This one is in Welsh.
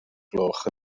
gloch